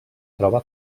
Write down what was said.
troba